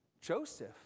Joseph